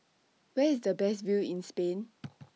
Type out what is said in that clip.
Where IS The Best View in Spain